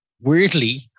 weirdly